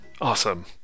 Awesome